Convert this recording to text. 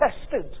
tested